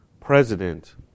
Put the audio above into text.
president